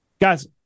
Guys